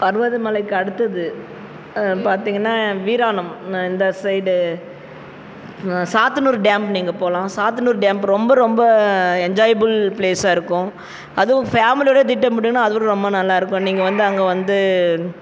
பருவத மலைக்கு அடுத்தது பார் த்திங்கன்னா வீராணம் இந்த சைடு சாத்தனூர் டேமுக்கு நீங்கள் போகலாம் சாத்தனூர் டேம் ரொம்ப ரொம்ப என்ஜாயபுள் ப்ளேஸாக இருக்கும் அதுவும் ஃபேமிலியோட திட்டமிட்டிங்கன்னா அதுவும் ரொம்ப நல்லாயிருக்கும் நீங்கள் வந்து அங்கே வந்து